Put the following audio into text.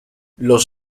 los